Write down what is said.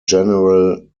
general